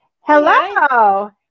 Hello